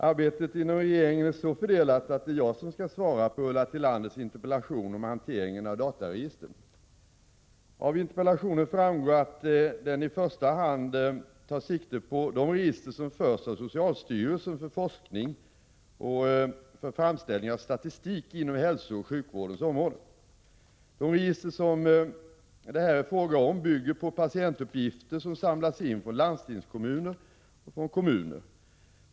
Herr talman! Arbetet inom regeringen är så fördelat att det är jag som skall svara på Ulla Tillanders interpellation om hanteringen av dataregister. Avinterpellationen framgår att denna i första hand tar sikte på de register som förs av socialstyrelsen för forskning och framställning av statistik inom hälsooch sjukvårdens område. De register som det här är fråga om bygger på patientuppgifter som samlas in från landstingskommuner och kommuner.